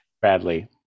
Bradley